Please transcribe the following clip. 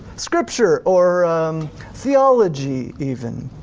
scripture or theology even.